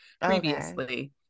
previously